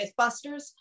Mythbusters